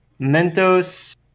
Mentos